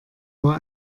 war